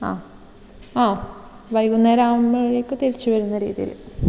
ആ ആഹ് വൈകുന്നേരം ആകുമ്പോഴേക്കും തിരിച്ച് വരുന്ന രീതിയിൽ